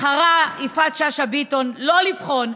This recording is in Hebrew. בחרה יפעת שאשא ביטון לא לבחון,